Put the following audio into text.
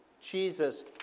Jesus